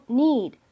need